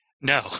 No